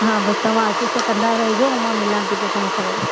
हा बसि तव्हां आशिश कंदा रहेजो उहो मां मिला थी पोइ तव्हां सां वरी